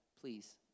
please